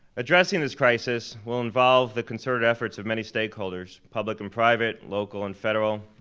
addressing this crisis will involve the concerted efforts of many stakeholders, public and private, local and federal.